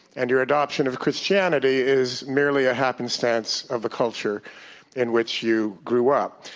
and your adoption of christianity is merely a happenstance of the culture in which you grew up.